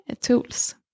tools